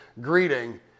greeting